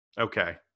okay